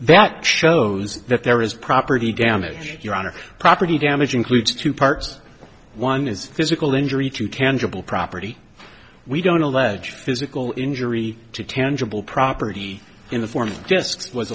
that shows that there is property damage your honor property damage includes two parts one is physical injury to can dribble property we don't allege physical injury to tangible property in the form of just was